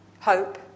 hope